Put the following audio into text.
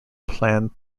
planned